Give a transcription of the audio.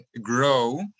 grow